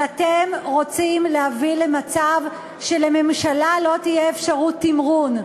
אבל אתם רוצים להביא למצב שלממשלה לא תהיה אפשרות תמרון,